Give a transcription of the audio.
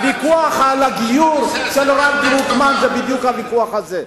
הוויכוח על הגיור של הרב דרוקמן זה בדיוק הוויכוח הזה.